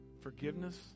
forgiveness